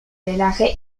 drenaje